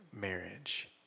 marriage